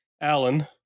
alan